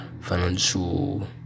financial